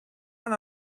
run